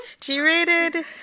G-rated